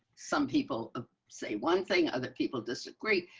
some people ah say one thing. other people disagree.